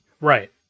Right